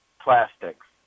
plastics